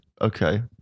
Okay